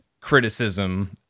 criticism